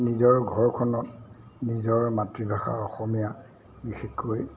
নিজৰ ঘৰখনত নিজৰ মাতৃভাষা অসমীয়া বিশেষকৈ